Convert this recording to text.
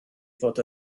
fod